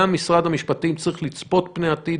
גם משרד המשפטים צריך לצפות פני עתיד,